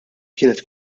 kienet